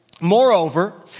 moreover